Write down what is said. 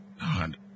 God